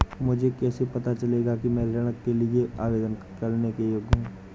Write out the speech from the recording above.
मुझे कैसे पता चलेगा कि मैं ऋण के लिए आवेदन करने के योग्य हूँ?